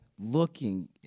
Looking